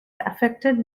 affected